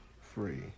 free